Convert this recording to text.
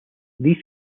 these